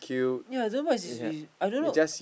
yea don't know what is with I don't know